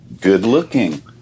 good-looking